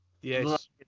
Yes